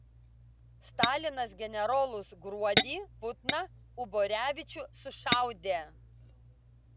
stalinas generolus gruodį putną uborevičių sušaudė